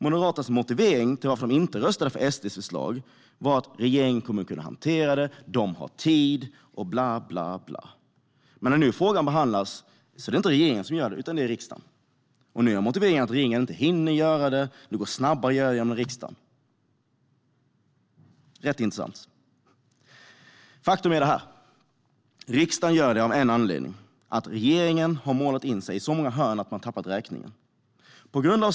Moderaternas motivering till varför de inte röstade på SD:s förslag var att regeringen kommer att kunna hantera det, man har tid och bla, bla, bla. Men när frågan nu behandlas är det inte regeringen som gör det utan riksdagen. Nu är motiveringen att regeringen inte hinner göra det och att det går snabbare att göra det genom riksdagen. Det är rätt intressant. Faktum är att riksdagen gör det av en enda anledning: Regeringen har målat in sig i så många hörn att man har tappat räkningen.